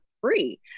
free